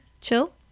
chill